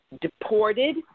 deported